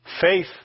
Faith